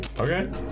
Okay